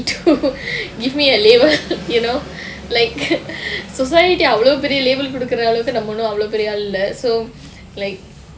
to give me a label you know like society அவ்ளோ பெரிய:avlo periya label கொடுக்குற அளவுக்கு நம்ப ஒன்னும் அவ்வளவு பெரிய ஆள் இல்லை:kodukkura alavukku namba onnum avvalavu periya aal illai so like